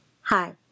Hi